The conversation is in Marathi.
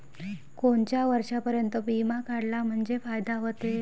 कोनच्या वर्षापर्यंत बिमा काढला म्हंजे फायदा व्हते?